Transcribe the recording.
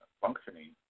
functioning